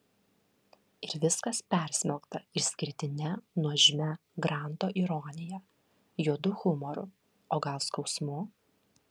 ir viskas persmelkta išskirtine nuožmia granto ironija juodu humoru o gal skausmu